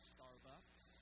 Starbucks